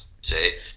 say